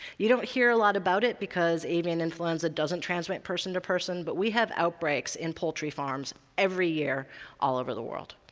you don't hear a lot about it because avian influenza doesn't transmit person to person, but we have outbreaks in poultry farms every year all over the world.